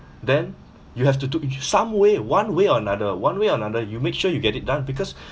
then you have to do you some way one way or another one way or another you make sure you get it done because